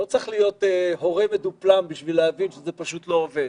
לא צריך להיות הורה מדופלם בשביל להבין שזה פשוט לא עובד.